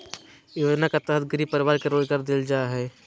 योजना के तहत गरीब परिवार के रोजगार देल जा हइ